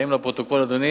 האם, לפרוטוקול, אדוני